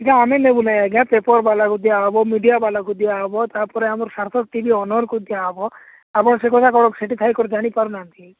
ଆଜ୍ଞା ଆମେ ନେବୁ ନାହିଁ ଆଜ୍ଞା ପେପର୍ବାଲାକୁ ଦିଆ ହେବ ମିଡିଆବାଲାକୁ ଦିଆ ହେବ ତାପରେ ଆମର ସାର୍ଥକ ଟି ଭି ଓନର୍କୁ ଦିଆ ହେବ ଆପଣ ସେ କଥା କ'ଣ ସେଠି ଥାଇକି ଜାଣିପାରୁନାହାନ୍ତି